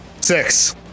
six